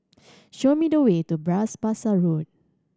show me the way to Bras Basah Road